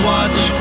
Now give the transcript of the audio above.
watch